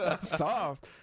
soft